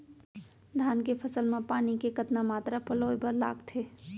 धान के फसल म पानी के कतना मात्रा पलोय बर लागथे?